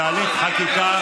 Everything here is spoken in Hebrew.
בתהליך חקיקה,